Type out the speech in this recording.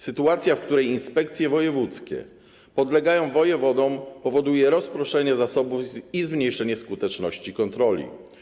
Sytuacja, w której inspekcje wojewódzkie podlegają wojewodom, powoduje rozproszenie zasobów i zmniejszenie skuteczności kontroli.